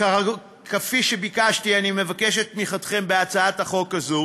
כפי שאמרתי, אני מבקש את תמיכתכם בהצעת החוק הזאת